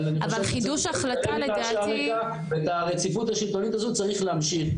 ואת הרציפות השלטונית הזו צריך להמשיך.